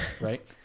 right